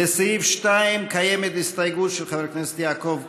לסעיף 2 יש הסתייגות של חבר הכנסת יעקב פרי.